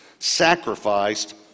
sacrificed